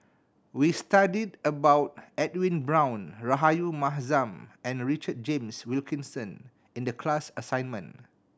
we studied about Edwin Brown Rahayu Mahzam and Richard James Wilkinson in the class assignment